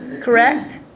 Correct